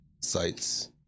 sites